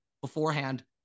beforehand